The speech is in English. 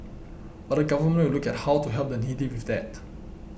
but the Government will look at how to help the needy with that